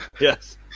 Yes